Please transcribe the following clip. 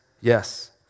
yes